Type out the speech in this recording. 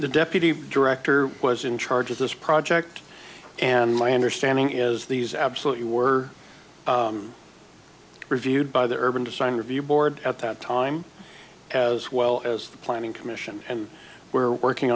the deputy director was in charge of this project and my understanding is these absolutely were reviewed by the urban design review board at that time as well as the planning commission and we're working